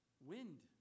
Wind